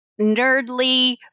nerdly